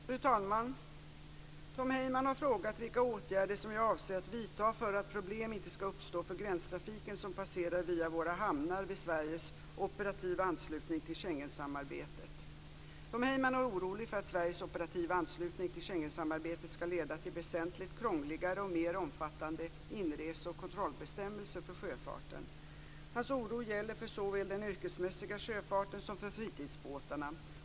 Fru talman! Tom Heyman har frågat vilka åtgärder som jag avser att vidta för att problem inte skall uppstå för gränstrafiken som passerar via våra hamnar vid Sveriges operativa anslutning till Schengensamarbetet. Tom Heyman är orolig för att Sveriges operativa anslutning till Schengensamarbetet skall leda till väsentligt krångligare och mer omfattande inrese och kontrollbestämmelser för sjöfarten. Hans oro gäller för såväl den yrkesmässiga sjöfarten som för fritidsbåtarna.